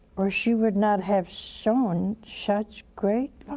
or she would not have shown such great